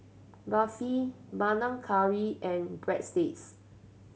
Barfi Panang Curry and Breadsticks